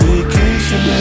Vacation